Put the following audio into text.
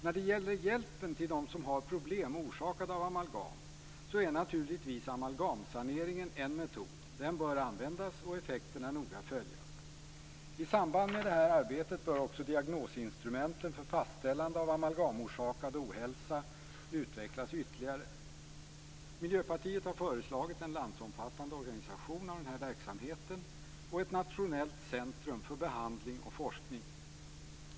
När det gäller hjälpen till dem som har problem orsakade av amalgam är naturligtvis amalgamsaneringen en metod, och den bör användas och effekterna noga följas. I samband med det arbetet bör också diagnosinstrumenten för fastställande av amalgamorsakad ohälsa utvecklas ytterligare. Miljöpartiet har föreslagit en landsomfattande organisation av denna verksamhet och ett nationellt centrum för behandling och forskning.